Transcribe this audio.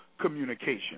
communication